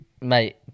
mate